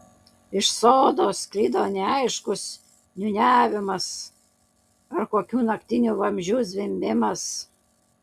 iš sodo sklido neaiškus niūniavimas ar kokių naktinių vabzdžių zvimbimas